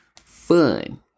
fun